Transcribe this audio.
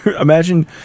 Imagine